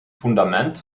fundament